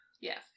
Yes